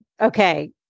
Okay